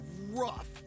rough